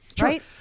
right